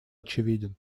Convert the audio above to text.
очевиден